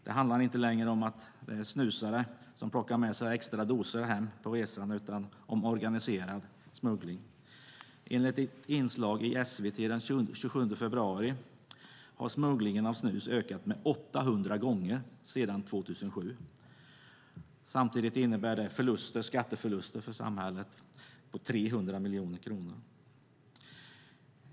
Det handlar inte längre om att snusare plockar med sig extra dosor på resan utan om organiserad smuggling. Enligt ett inslag i SVT den 27 februari har smugglingen av snus ökat 800 gånger sedan 2007. Samtidigt innebär det skatteförluster för samhället på 300 miljoner kronor.